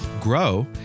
grow